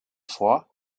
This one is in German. vor